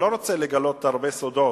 אני לא רוצה לגלות הרבה סודות,